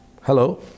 hello